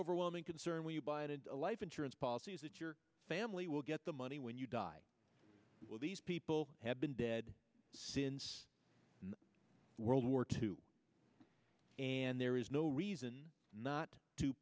overwhelming concern when you buy it into life insurance policies that your family will get the money when you die will these people have been dead since world war two and there is no reason not to